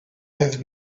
have